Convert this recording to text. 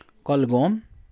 Kulgam